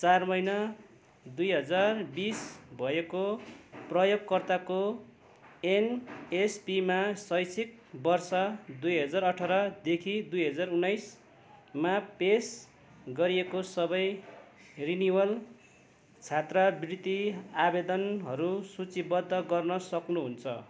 चार महिना दुई हजार बिस भएको प्रयोगकर्ताको एनएसपीमा शैक्षिक वर्ष दुई हजार अठारदेखि दुई हजार उन्नाइसमा पेस गरिएको सबै रिनिवल छात्रवृत्ति आवेदनहरू सूचीबद्ध गर्न सक्नु हुन्छ